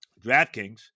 DraftKings